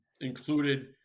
included